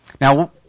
Now